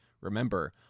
Remember